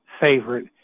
favorite